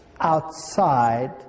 outside